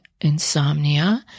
insomnia